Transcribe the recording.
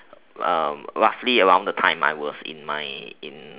uh roughly around the time I was in my in